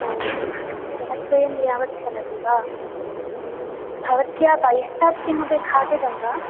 दिनद्वयं यावत् चलति वा भवत्या बहिस्तात् किमपि खादितं वा